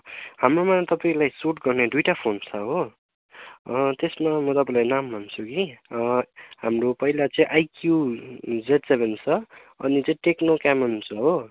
हाम्रोमा तपाईँलाई सुट गर्ने दुइटा फोन छ हो त्यसमा म तपाईँलाई नाम भन्छु कि हाम्रो पहिला चाहिँ आइक्यू जेट सेभेन छ अनि चाहिँ टेक्नो क्यामोन छ हो